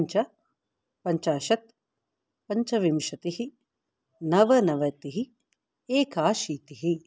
पञ्च पञ्चाशत् पञ्चविंशतिः नवनवतिः एकाशीतिः